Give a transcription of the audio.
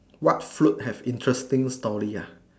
what float have interesting story ya